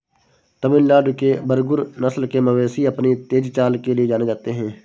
तमिलनाडु के बरगुर नस्ल के मवेशी अपनी तेज चाल के लिए जाने जाते हैं